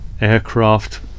aircraft